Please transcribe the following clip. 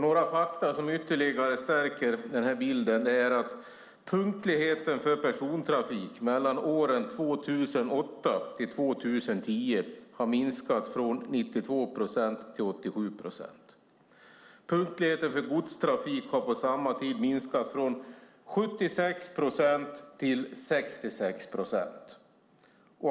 Några fakta som ytterligare stärker den bilden är att punktligheten för persontrafik mellan åren 2008 och 2010 har minskat från 92 procent till 87 procent. Punktligheten för godstrafik har på samma tid minskat från 76 procent till 66 procent.